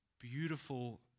beautiful